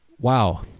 Wow